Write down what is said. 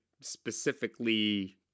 specifically